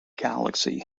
galaxy